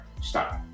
stop